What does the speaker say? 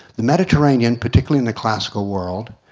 the mediterranean, particularly in the classical world,